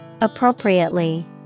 Appropriately